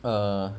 uh